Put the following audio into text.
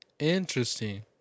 Interesting